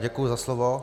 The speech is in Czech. Děkuji za slovo.